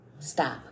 stop